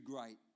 great